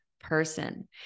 person